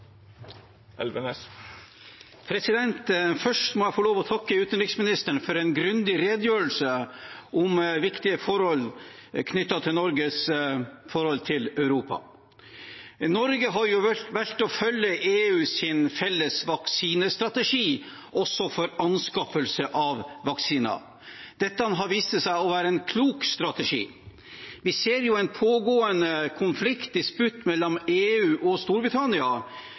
Først må jeg få lov til å takke utenriksministeren for en grundig redegjørelse om viktige forhold knyttet til Norges forhold til Europa. Norge har valgt å følge EUs felles vaksinestrategi, også for anskaffelse av vaksiner. Dette har vist seg å være en klok strategi. Vi ser en pågående konflikt, disputt, mellom EU og Storbritannia,